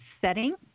setting